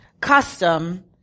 custom